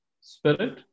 spirit